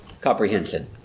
Comprehension